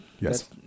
Yes